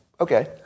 Okay